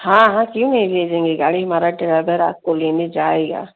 हाँ हाँ क्यों नहीं भेजेंगे गाड़ी हमारा ड्राइबर आपको लेने जाएगा